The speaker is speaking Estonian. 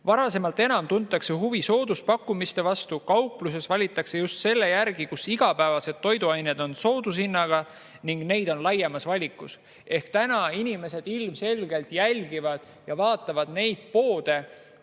Varasemast enam tuntakse huvi sooduspakkumiste vastu. Kauplusi valitakse just selle järgi, kus igapäevased toiduained on soodushinnaga ning neid on laiemas valikus. Praegu inimesed ilmselgelt jälgivad ja vaatavad neid poode,